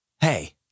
Hey